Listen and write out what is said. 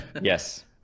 Yes